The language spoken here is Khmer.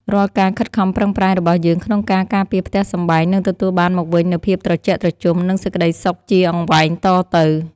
រាល់ការខិតខំប្រឹងប្រែងរបស់យើងក្នុងការការពារផ្ទះសម្បែងនឹងទទួលបានមកវិញនូវភាពត្រជាក់ត្រជុំ និងសេចក្តីសុខជាអង្វែងតទៅ។